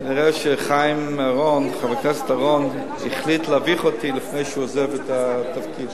כנראה חבר הכנסת חיים אורון החליט להביך אותי לפני שהוא עוזב את התפקיד.